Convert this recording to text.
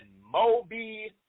Moby